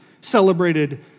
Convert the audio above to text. celebrated